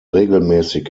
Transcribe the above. regelmäßig